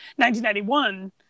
1991